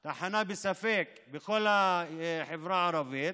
בספק, בכל החברה הערבית.